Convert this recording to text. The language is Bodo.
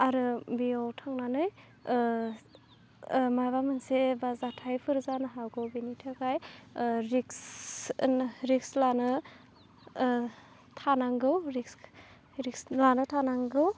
आरो बेयाव थांनानै माबा मोनसे बा जाथायफोर जानो हागौ बिनि थाखाय रिक्स होन रिक्स लानो थानांगौ रिक्स लानो थानांगौ